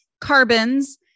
carbons